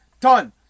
done